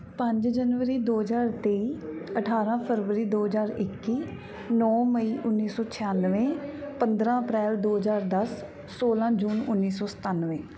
ਪੰਜ ਜਨਵਰੀ ਦੋ ਹਜ਼ਾਰ ਤੇਈ ਅਠਾਰਾਂ ਫਰਵਰੀ ਦੋ ਹਜ਼ਾਰ ਇੱਕੀ ਨੌਂ ਮਈ ਉੱਨੀ ਸੌ ਛਿਆਨਵੇਂ ਪੰਦਰਾਂ ਅਪ੍ਰੈਲ ਦੋ ਹਜ਼ਾਰ ਦਸ ਸੌਲਾਂ ਜੂਨ ਉੱਨੀ ਸੌ ਸਤਾਨਵੇਂ